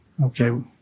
Okay